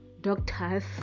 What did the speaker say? doctors